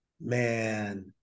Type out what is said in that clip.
man